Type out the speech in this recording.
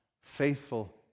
faithful